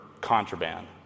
contraband